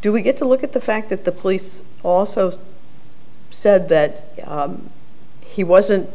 do we get to look at the fact that the police also said that he wasn't